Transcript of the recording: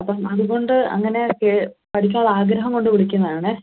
അപ്പം അതുകൊണ്ട് അങ്ങനെയൊക്കെ പഠിക്കാനുള്ള ആഗ്രഹം കൊണ്ട് വിളിക്കുന്നതാണെ